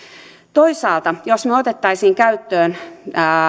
toisaalta jos me ottaisimme käyttöön